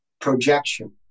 projection